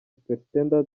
supt